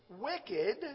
wicked